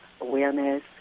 awareness